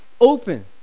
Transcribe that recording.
open